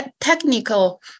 technical